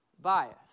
Bias